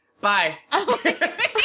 bye